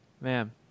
Man